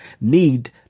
need